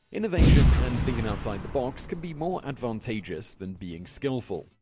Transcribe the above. innovation and thinking outside the box can be more advantageous than being skillful.